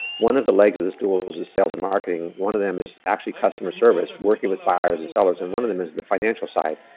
one of the legs of the stool is the sales and marketing. one of them is actually customer service, working with buyers and sellers, and one of them is the financial side.